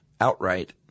outright